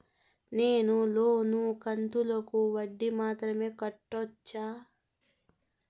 నేను లోను కంతుకు వడ్డీ మాత్రం కట్టొచ్చా?